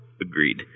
agreed